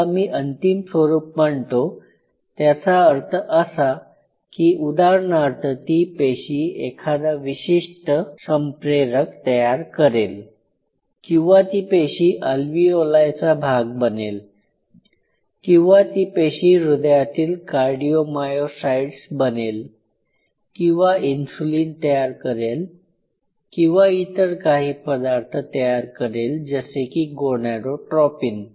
जेव्हा मी अंतिम स्वरूप म्हणतो त्याचा अर्थ असा की उदाहरणार्थ ती पेशी एखादा विशिष्ट संप्रेरक तयार करेल किंवा ती पेशी अल्वीओलाय चा भाग बनेल किंवा ती पेशी हृदयातील कार्डिओमायोसाइट बनेल किंवा इंसुलिन तयार करेल किंवा इतर काही पदार्थ तयार करेल जसे की गोनाडोट्रोपिन